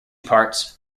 parts